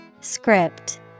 Script